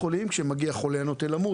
כשמגיע חולה נוטה למות,